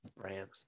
Rams